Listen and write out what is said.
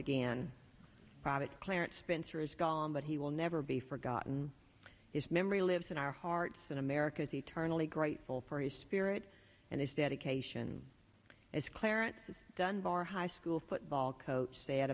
again private clarence spencer is gone but he will never be forgotten his memory lives in our hearts and america's eternally grateful for his spirit and his dedication as clarence dunbar high school football coach sa